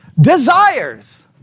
desires